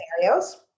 scenarios